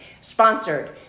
sponsored